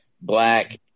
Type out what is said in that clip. black